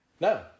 No